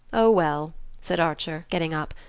oh, well said archer, getting up.